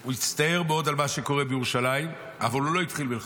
הוא הצטער מאוד על מה שקורה בירושלים אבל הוא לא התחיל במלחמה.